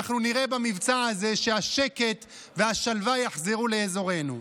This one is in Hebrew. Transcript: אנחנו נראה במבצע הזה שהשקט והשלווה יחזרו לאזורנו.